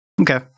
Okay